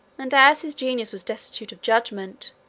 and as his genius was destitute of judgment,